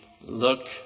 look